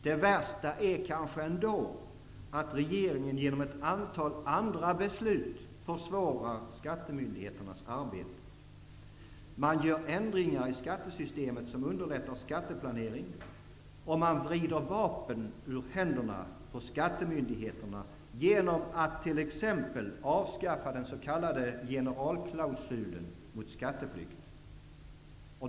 Det värsta är kanske ändå att regeringen genom ett antal andra beslut försvårar skattemyndigheternas arbete. Man gör ändringar i skattesystemet som underlättar skatteplanering, och man vrider vapen ur händerna på skattemyndigheterna genom att t.ex. avskaffa den s.k. generalklausulen mot skatteflykt.